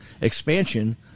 expansion